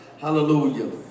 Hallelujah